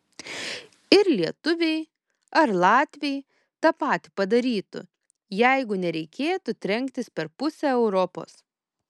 ir lietuviai ar latviai tą patį padarytų jeigu nereikėtų trenktis per pusę europos